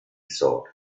thought